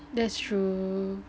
that's true